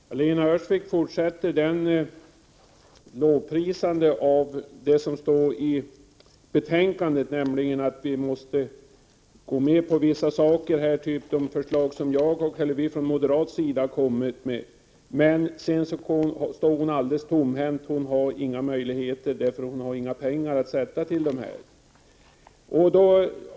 Herr talman! Lena Öhrsvik fortsätter att lovprisa det som står i betänkandet om att man skall gå med på vissa saker som finns i de förslag som exempelvis vi från moderat sida har kommit med. Men sedan står hon alldeles tomhänt. Hon har inga möjligheter, eftersom hon inte har några pengar att avsätta till dessa förslag.